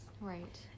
Right